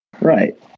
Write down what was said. Right